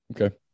Okay